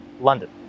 London